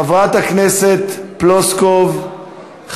חברת הכנסת פלוסקוב,